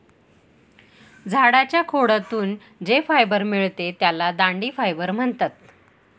झाडाच्या खोडातून जे फायबर मिळते त्याला दांडी फायबर म्हणतात